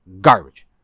garbage